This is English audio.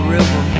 River